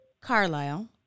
Carlisle